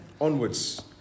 onwards